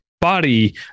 body